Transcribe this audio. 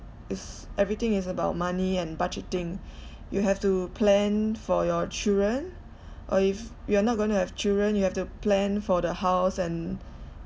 is everything is about money and budgeting you have to plan for your children or if you are not going to have children you have to plan for the house and